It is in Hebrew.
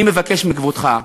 אני מבקש מכבודך,